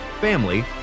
family